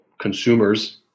consumers